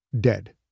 Dead